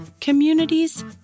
communities